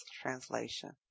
translation